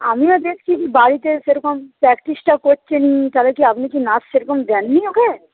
আমিও দেখছি যে বাড়িতে সেরকম প্র্যাকটিসটা করছে না তাহলে কি আপনি কি নাচ সেরকম দেননি ওকে